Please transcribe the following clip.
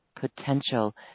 potential